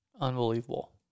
unbelievable